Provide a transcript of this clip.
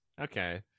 Okay